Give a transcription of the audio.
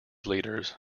members